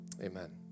Amen